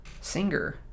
Singer